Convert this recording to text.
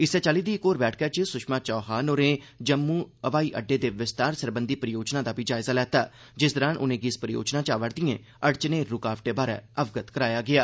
इस्सै चाल्ली दी इक बैठका च सुषमा चौहान होरें जम्मू हवाई अड्डे दे विस्तार सरबंधी परियोजना दा बी जायजा लैता जिस दरान उनेंगी इस परियोजना च आवा'रदिएं अड़चनें रूकावटें बारे अवगत कराया गेआ